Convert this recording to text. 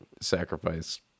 sacrifice